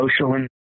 social